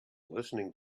listening